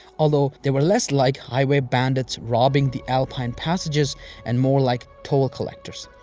although, they were less like highway bandits robbing the alpine passages and more like toll collectors.